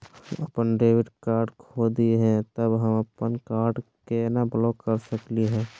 हम अपन debit card खो दे ही, त हम अप्पन कार्ड के केना ब्लॉक कर सकली हे?